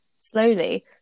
Slowly